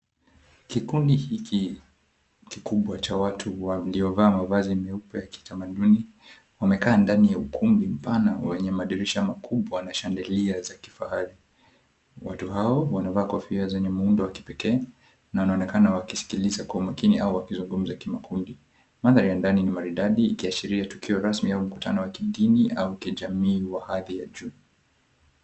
Kikundi hiki kikubwa cha watu waliovaa mavazi meupe ya kitamanduni, wamekaa ndani ya ukumbi mpana wenye madirisha makubwa na chandelier za kifahari. Watu hao wanavaa kofia zenye muundo wa kipekee na wanaonekana wakisikiliza kwa makini au wakizungumza kimakundi. Mandhari ya ndani ni maridadi ikiashiria tukio rasmi au mkutano wa kidini au kijamii wa hali wa juu.